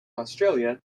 australia